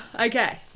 Okay